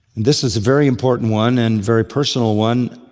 this is a very important one and very personal one.